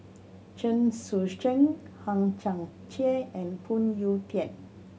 Chen Sucheng Hang Chang Chieh and Phoon Yew Tien